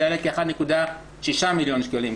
זה יעלה 1.6 מיליון שקלים.